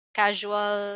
casual